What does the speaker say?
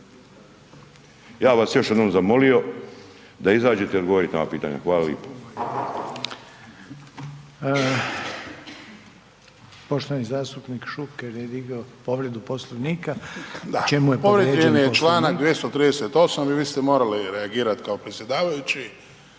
bih vas još jednom zamolio da izađete odgovoriti na ova pitanja. Hvala lijepo. **Reiner, Željko (HDZ)** Poštovani zastupnik Šuker je digao povredu poslovnika. U čemu je povrijeđen Poslovnik?